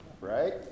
Right